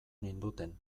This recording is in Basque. ninduten